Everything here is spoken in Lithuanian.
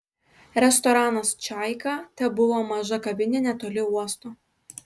restoranas čaika tebuvo maža kavinė netoli uosto